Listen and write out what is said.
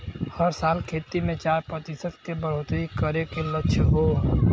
हर साल खेती मे चार प्रतिशत के बढ़ोतरी करे के लक्ष्य हौ